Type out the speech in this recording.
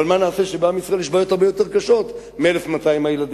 אבל מה נעשה שבעם ישראל יש בעיות הרבה יותר קשות מ-1,200 הילדים,